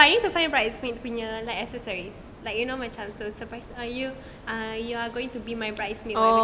but we need to find bridesmaid punya like accessories like macam to surprise you are going to be my bridesmaid